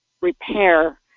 repair